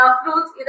fruits